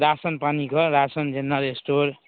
रासन पानीघर रासन जेनरल स्टोर